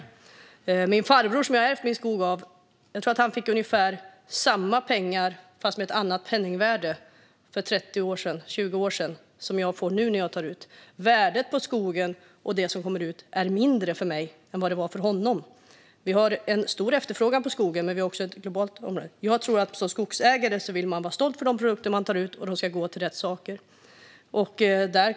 Jag tror att min farbror, som jag har ärvt min skog av, fick ungefär samma pengar - fast med ett annat penningvärde - för 20 eller 30 år sedan som jag får nu när jag tar ut. Värdet på skogen och det som kommer ut är mindre för mig än vad det var för honom. Det är stor efterfrågan på skogen, men det är det också globalt. Jag tror att man som skogsägare vill vara stolt över de produkter man tar ut och att de ska gå till rätt saker.